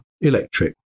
electric